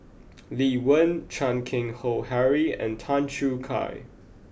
Lee Wen Chan Keng Howe Harry and Tan Choo Kai